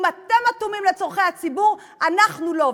אם אתם אטומים לצורכי הציבור, אנחנו לא.